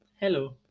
Hello